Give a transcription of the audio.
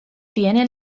tiene